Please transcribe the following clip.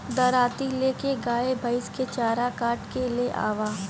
दराँती ले के गाय भईस के चारा काट के ले आवअ